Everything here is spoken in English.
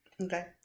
Okay